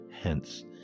Hence